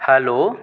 hello